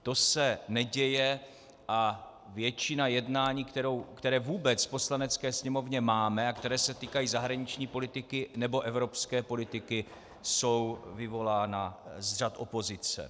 To se neděje a většina jednání, která vůbec v Poslanecké sněmovně máme a která se týkají zahraniční politiky nebo evropské politiky, jsou vyvolána z řad opozice.